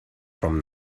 from